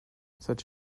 such